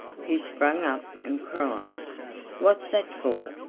who sprang up and cried what's that for?